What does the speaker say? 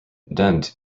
dent